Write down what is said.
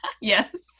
Yes